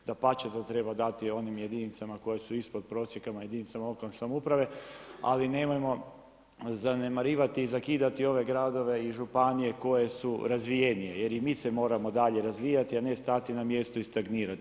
Dapače da treba dati onim jedinicama koje su ispod prosjeka, jedinicama lokalne samouprave ali nemojmo zanemarivati i zakidati i ove gradove i županije koje su razvijenije jer i mi se moramo dalje razvijati a ne stati na mjestu i stagnirati.